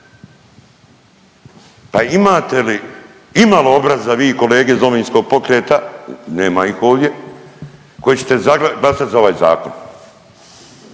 Pa imate li i malo obraza vi kolege iz Domovinskog pokreta, nema ih ovdje, koji ćete glasati za ovaj zakon?